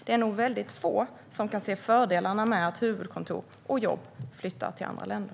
Det är nog väldigt få som kan se fördelarna med att huvudkontor och jobb flyttar till andra länder.